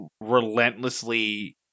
relentlessly